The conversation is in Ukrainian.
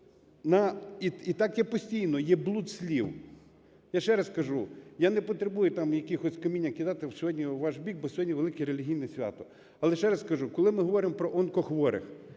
і так є постійно, є блуд слів. Я ще раз кажу, я не потребую там якесь каміння кидати сьогодні в ваш бік, бо сьогодні велике релігійне свято. Але, ще раз скажу, коли ми говоримо про онкохворих,